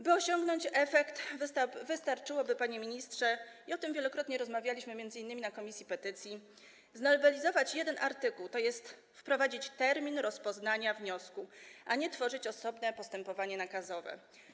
By osiągnąć efekt, wystarczyłoby, panie ministrze, i o tym wielokrotnie rozmawialiśmy m.in. na posiedzeniu komisji petycji, znowelizować jeden artykuł, tj. wprowadzić termin rozpoznania wniosku, a nie tworzyć osobne postępowanie nakazowe.